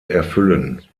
erfüllen